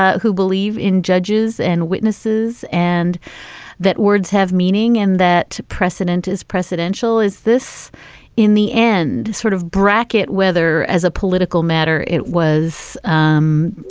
ah who believe in judges and witnesses, and that words have meaning and that precedent is precedential? is this in the end sort of bracket, whether as a political matter, it was um